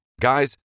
Guys